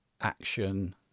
action